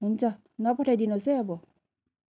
हुन्छ नपठाइदिनुहोस् है अब